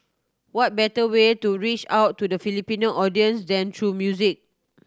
what better way to reach out to the Filipino audience than through music